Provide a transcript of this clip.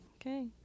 okay